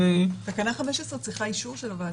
--- תקנה 15 צריכה אישור של הוועדה?